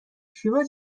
شیوا